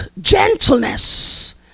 gentleness